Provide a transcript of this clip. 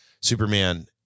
Superman